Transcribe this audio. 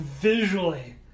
visually